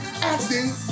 acting